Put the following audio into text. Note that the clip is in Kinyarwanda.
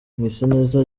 mwiseneza